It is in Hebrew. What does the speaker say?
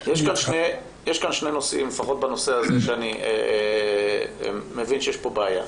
יש כאן שני נושאים לפחות בנושא הזה שאני מבין שיש פה בעיה.